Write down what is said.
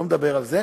לא מדבר על זה,